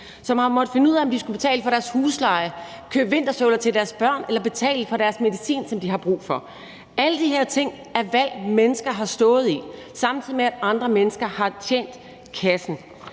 som har måttet finde ud af, om de skulle betale for deres husleje, købe vinterstøvler til deres børn eller betale for deres medicin, som de har brug for. Alle de her ting er valg, mennesker har stået i, samtidig med at andre mennesker har tjent kassen.